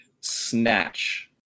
snatch